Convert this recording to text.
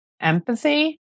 empathy